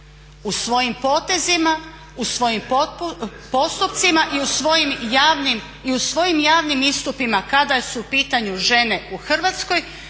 u svojim potezima, u svojim postupcima i u svojim javnim istupima kada su u pitanju žene u Hrvatskoj